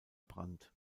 brandt